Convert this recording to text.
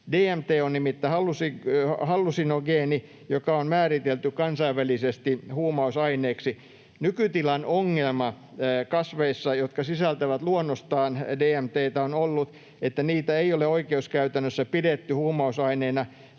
DMT on nimittäin hallusinogeeni, joka on määritelty kansainvälisesti huumausaineeksi. Nykytilan ongelma kasveissa, jotka sisältävät luonnostaan DMT:tä, on ollut, että niitä ei ole oikeuskäytännössä pidetty huumausaineina,